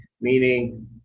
meaning